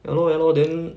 ya lor ya lor then